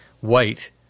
white